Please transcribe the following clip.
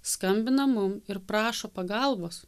skambina mum ir prašo pagalbos